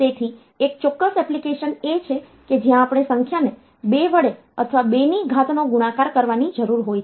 તેની એક ચોક્કસ એપ્લિકેશન એ છે કે જ્યાં આપણે સંખ્યાને 2 વડે અથવા 2 ની ઘાતનો ગુણાકાર કરવાની જરૂર હોય છે